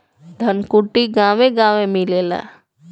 धनकुट्टी गांवे गांवे मिलेला